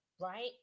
right